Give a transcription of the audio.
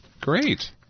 Great